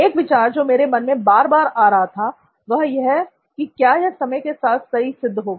एक विचार जो मेरे मन में बार बार आ रहा था वह यह की क्या यह समय के साथ सही सिद्ध होगा